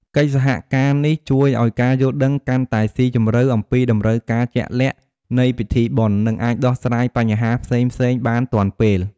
កិច្ចសហការនេះជួយឱ្យការយល់ដឹងកាន់តែស៊ីជម្រៅអំពីតម្រូវការជាក់លាក់នៃពិធីបុណ្យ និងអាចដោះស្រាយបញ្ហាផ្សេងៗបានទាន់ពេល។